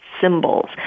symbols